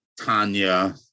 Tanya